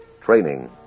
Training